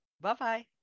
Bye-bye